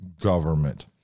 government